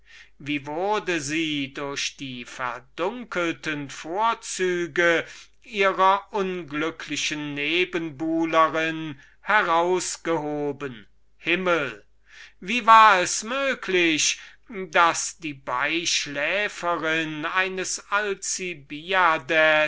wie wurde sie durch die verdunkelte vorzüge ihrer unglücklichen nebenbuhlerin herausgehoben himmel wie war es möglich daß die beischläferin eines